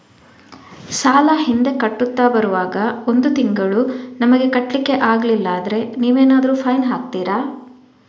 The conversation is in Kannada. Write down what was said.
ಸಾಲ ಹಿಂದೆ ಕಟ್ಟುತ್ತಾ ಬರುವಾಗ ಒಂದು ತಿಂಗಳು ನಮಗೆ ಕಟ್ಲಿಕ್ಕೆ ಅಗ್ಲಿಲ್ಲಾದ್ರೆ ನೀವೇನಾದರೂ ಫೈನ್ ಹಾಕ್ತೀರಾ?